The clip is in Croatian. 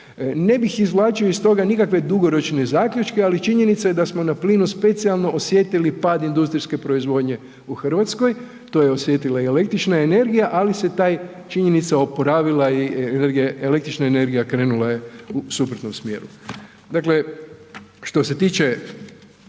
Ne bih izvlačio iz toga nikakve dugoročne zaključke, ali činjenica je da smo na plinu specijalno osjetili pad industrijske proizvodnje u RH, to je osjetila i električna energija, ali se taj činjenica oporavila i električna energija krenula je u suprotnom smjeru. Dakle, što se tiče